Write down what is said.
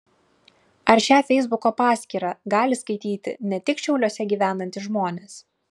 ar šią feisbuko paskyrą gali skaityti ne tik šiauliuose gyvenantys žmonės